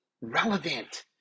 relevant